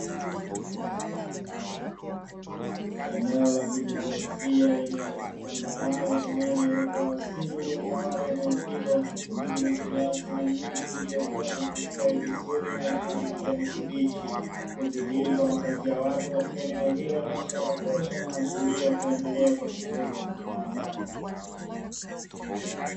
Eneo la kijiografia lenye utambarare pamoja na uoto wa asili uliotawala eneo hilo, ukijumuisha nyasi na miti iliyokua na kustawi vizuri yenye rangi ya kijani kibichi. Kudhihiri kwa makazi ya watu katika eneo hilo ni ishara tosha inayoashiria kuendelea kwa shughuli za kibinadamu.